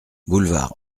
boulevard